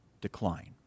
decline